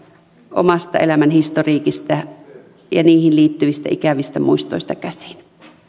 omasta elämän historiikistaan ja niihin liittyvistä ikävistä muistoista käsin